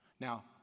Now